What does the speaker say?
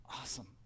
awesome